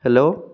hello